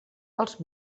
els